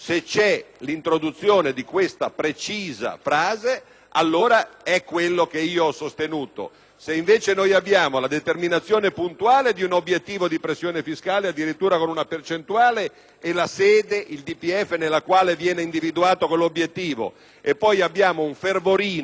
Se invece abbiamo la determinazione puntuale di un obiettivo di pressione fiscale, addirittura con una percentuale e la sede - il DPEF - nella quale viene individuato quell'obiettivo, e poi abbiamo un fervorino sulla riduzione della spesa corrente primaria, allora non sono d'accordo e non voto a favore dell'ordine del giorno.